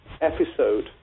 episode